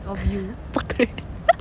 fuck